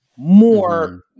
more